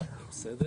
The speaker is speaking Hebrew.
בסדר,